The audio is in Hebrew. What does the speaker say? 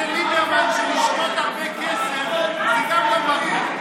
תגיד לליברמן שלשתות הרבה כסף זה גם לא בריא.